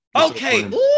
okay